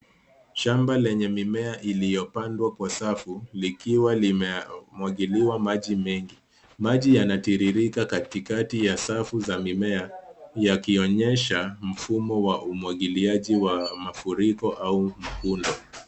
Shamba lenye mimea iliyopandwa kwa safu, likiwa limemwagiliwa maji mengi. Maji yanatiririka katikati ya safu za mimea, yakionyesha mfumo wa umwagiliaji wa mafuriko au mkunde.